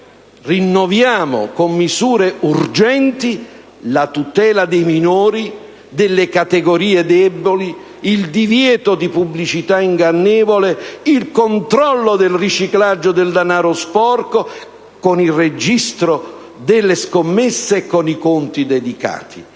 rinnoviamo con misure urgenti la tutela dei minori, delle categorie deboli, il divieto di pubblicità ingannevole, il controllo del riciclaggio del danaro sporco, con il registro delle scommesse e con i conti dedicati.